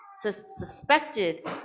suspected